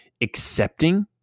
accepting